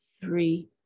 three